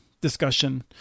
discussion